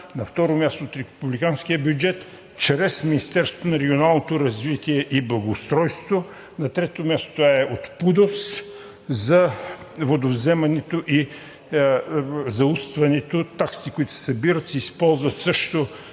на второ място, от републиканския бюджет чрез Министерството на регионалното развитие и благоустройството; на трето място, от ПУДООС за водовземането и заустването – таксите, които се събират, се използват също